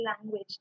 language